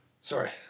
Sorry